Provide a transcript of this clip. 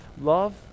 Love